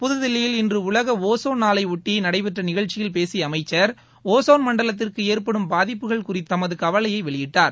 புதுதில்லியில் இன்று உலக ஒசோன் நாளையொட்டி நடைபெற்ற நிகழ்ச்சியில் பேசிய அமைச்சர் ஒசோன் மண்டலத்திற்கு ஏற்படும் பாதிப்புகள் குறித்து தமது கவலையை வெளியிட்டார்